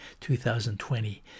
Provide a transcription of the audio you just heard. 2020